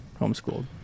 homeschooled